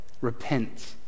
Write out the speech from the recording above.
repent